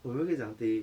我有没有跟你讲 they